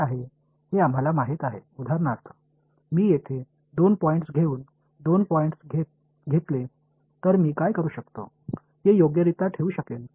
எனவே இது மீண்டும் மிகவும் ஆச்சரியமாக இல்லை உதாரணமாக நான் இரண்டு புள்ளிகளை இங்கு எடுத்துக் கொண்டால் இரண்டு புள்ளிகளுடன் நான் என்ன செய்ய முடியும் என்பதை என்னால் சரியாக வைக்க முடியும்